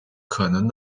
可能